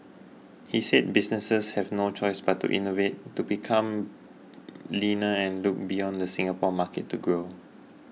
he said businesses have no choice but to innovate to become leaner and look beyond the Singapore market to grow